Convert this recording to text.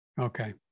okay